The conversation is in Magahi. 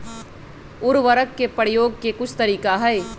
उरवरक के परयोग के कुछ तरीका हई